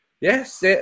Yes